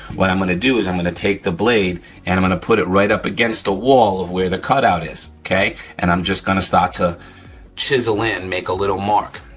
what i'm gonna do is i'm gonna take the blade and i'm gonna put it right up against the wall of where the cut out is, okay? and i'm just gonna start to chisel in, make a little mark,